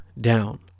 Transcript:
down